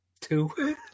two